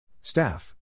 Staff